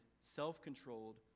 self-controlled